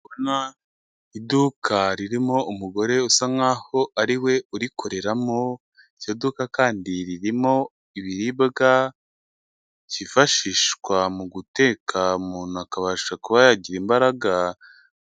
Iduka ririmo umugore usa nkaho ari we urikoreramo, iryo iduka kandi ririmo ibiribwa byifashishwa mu guteka umuntu akabasha kuba yagira imbaraga.